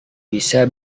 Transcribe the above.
bisa